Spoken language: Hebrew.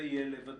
זה יהיה לב הדיון.